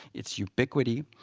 its ubiquity,